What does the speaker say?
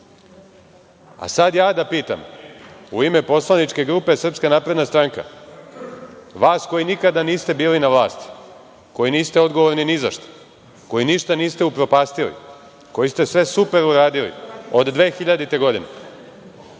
sad ja da pitam, u ime poslaničke grupe SNS, vas koji nikada niste bili na vlasti, koji niste odgovorni ni za šta, koji ništa niste upropastili, koji ste sve super uradili od 2000. godine,